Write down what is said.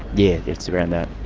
yeah, it's around that.